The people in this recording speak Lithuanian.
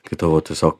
kai tavo tiesiog